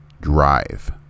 drive